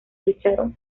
lucharon